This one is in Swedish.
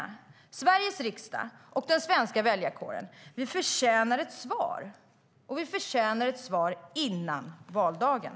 Vi i Sveriges riksdag och den svenska väljarkåren förtjänar ett svar, och vi förtjänar ett svar före valdagen.